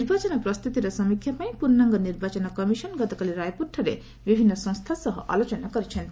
ନିର୍ବାଚନ ପ୍ରସ୍ତୁତିର ସମୀକ୍ଷା ପାଇଁ ପୂର୍ଣ୍ଣାଙ୍ଗ ନିର୍ବାଚନ କମିଶନ୍ ଗତକାଲି ରାୟପୁରଠାରେ ବିଭିନ୍ନ ସଂସ୍ଥା ସହ ଆଲୋଚନା କରିଚ୍ଛନ୍ତି